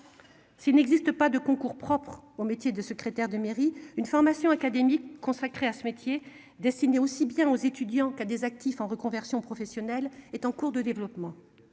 S'il n'existe pas de concours propre au métier de secrétaire de mairie une formation académique consacrée à ce métier destiné aussi bien aux étudiants qu'à des actifs en reconversion professionnelle est en cours de développement.